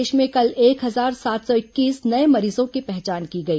प्रदेश में कल एक हजार सात सौ इक्कीस नये मरीजों की पहचान की गई